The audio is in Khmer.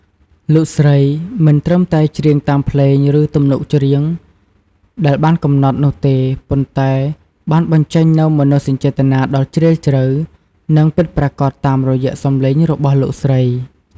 លោកស្រីមិនត្រឹមតែច្រៀងតាមភ្លេង ឬទំនុកច្រៀងដែលបានកំណត់នោះទេ ប៉ុន្តែបានបញ្ចេញនូវ មនោសញ្ចេតនា ដ៏ជ្រាលជ្រៅ និងពិតប្រាកដតាមរយៈសំឡេងរបស់លោកស្រី។